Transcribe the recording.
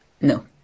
no